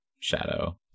shadow